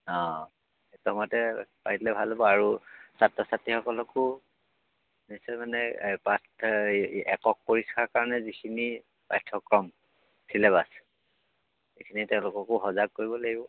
অঁ সেইটো সময়তে পাতিলে ভাল হ'ব আৰু ছাত্ৰ ছাত্ৰীসকলকো নিশ্চয় মানে পাঠ এই একক পৰীক্ষাৰ কাৰণে যিখিনি পাঠ্যক্ৰম ছিলেবাচ সেইখিনি তেওঁলোককো সজাগ কৰিব লাগিব